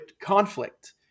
conflict